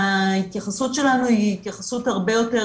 ההתייחסות שלנו היא התייחסות הרבה יותר